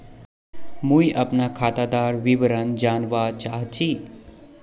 मुई अपना खातादार विवरण जानवा चाहची?